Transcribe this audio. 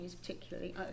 particularly